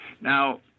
Now